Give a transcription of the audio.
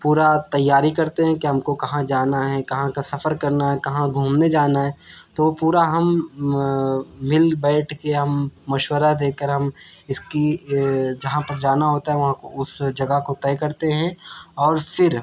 پورا تیاری کرتے ہیں کہ ہم کو کہاں جانا ہے کہاں کا سفر کرنا ہے کہاں گھومنے جانا ہے تو پورا ہم مل بیٹھ کے ہم مشورہ دے کر ہم اس کی جہاں پر جانا ہوتا ہے وہاں اس جگہ کو طے کرتے ہیں اور پھر